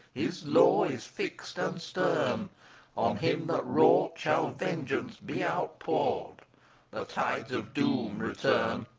his law is fixed and stern on him that wrought shall vengeance be outpoured the tides of doom return.